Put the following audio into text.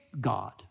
God